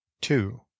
two